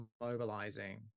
mobilizing